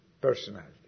personality